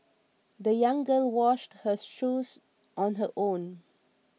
the young girl washed her shoes on her own